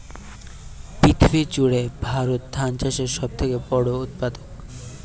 পৃথিবী জুড়ে ভারত ধান চাষের সব থেকে বড় উৎপাদক